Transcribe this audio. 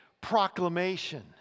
proclamation